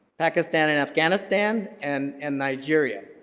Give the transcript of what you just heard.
pakistan and afghanistan and and nigeria.